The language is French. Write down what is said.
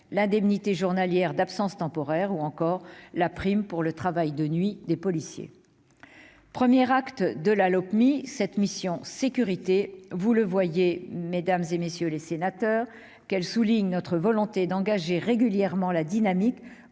l'indemnité journalière d'absence temporaire ou encore la prime pour le travail de nuit des policiers. Premier acte de la Lopmi, cette mission « Sécurités » témoigne, vous le voyez, mesdames, messieurs les sénateurs, de notre volonté d'en engager résolument la dynamique,